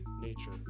nature